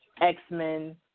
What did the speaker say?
X-Men